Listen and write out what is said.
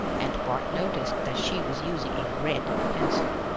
and bart noticed that she was using a red pencil.